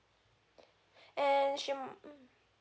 and she mm